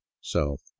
south